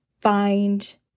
find